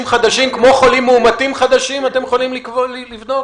חדשים כמו חולים מאומתים חדשים אתם יכולים לבדוק?